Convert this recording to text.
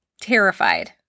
terrified